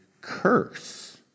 curse